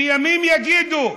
וימים יגידו.